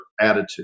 attitude